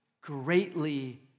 greatly